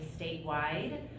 statewide